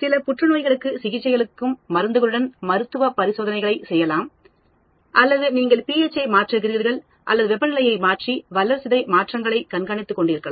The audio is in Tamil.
சில புற்றுநோய்க்கு சிகிச்சையளிக்கும் மருந்துகளுடன் மருத்துவ பரிசோதனைகளைச் செய்யலாம் அல்லது நீங்கள் pH ஐ மாற்றுகிறீர்கள் அல்லது வெப்பநிலையை மாற்றி வளர்சிதை மாற்றங்களை கண்காணித்துக் கொண்டு இருக்கலாம்